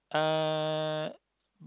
uh